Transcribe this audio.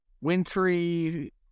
wintry